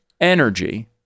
energy